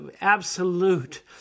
absolute